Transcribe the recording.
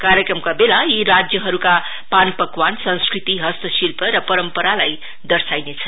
कार्यक्रमका बेला यी राज्यहरुका पान पकवन संस्कृति हस्तशिल्प र परम्परालाई दर्शाउनेछ